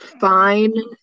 Fine